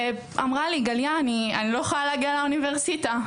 ואמרה לי גליה, אני לא יכולה להגיע לאוניברסיטה.